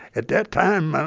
at that time,